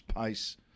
Pace